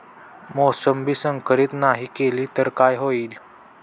मोसंबी संकरित नाही केली तर काय होईल?